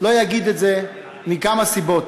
לא אגיד את זה מכמה סיבות,